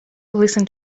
listen